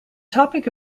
topic